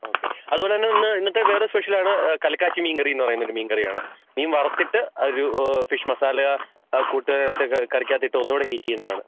okay അതുപോലെത്തന്നെ ഇന്ന് ഇന്നത്തെ വേറെ സ്പെഷ്യൽ ആണ് കല്ക്കാച്ചി മീൻകറി എന്നുപറഞ്ഞൊരു മീൻ കറിയാണ് മീൻ വറുത്തിട്ട് ഒരു ഫിഷ് മസാല കൂട്ട് കറിക്കകത്തിട്ട് ഒന്നുകൂടെ ഹീറ്റ് ചെയ്യുന്നതാണ്